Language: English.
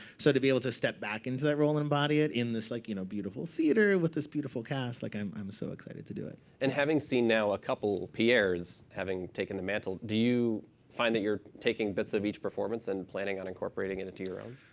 so to be able to step back into that role and embody it, in this like you know beautiful theater, with this beautiful cast like i'm i'm so excited to do it. brendan collins and having seen now a couple pierres having taken the mantle, do you find that you're taking bits of each performance and planning on incorporating it into your own?